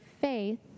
faith